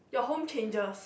your home changes